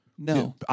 No